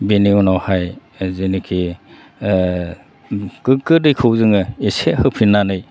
बेनि उनावहाय जेनाखि गोगो दैखौ जोङो एसे होफिननानै